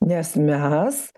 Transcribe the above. nes mes